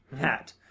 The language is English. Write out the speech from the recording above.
hat